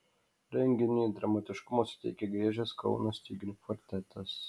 renginiui dramatiškumo suteikė griežęs kauno styginių kvartetas